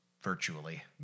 virtually